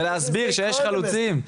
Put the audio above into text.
ולהסביר שיש חלוצים.